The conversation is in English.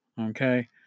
Okay